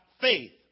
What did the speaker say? faith